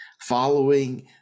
following